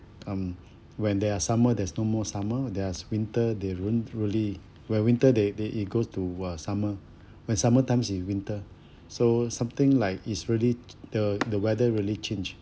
um when there are summer there's no more summer there's winter they ruined fully where winter there there it goes to uh summer when summer time it's winter so something like is really the the weather really change